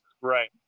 Right